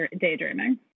daydreaming